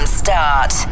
start